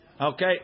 Okay